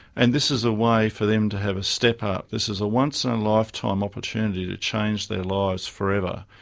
and this is a way for them to have a step up this is a once in a and lifetime opportunity to change their lives forever,